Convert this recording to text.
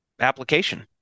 application